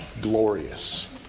glorious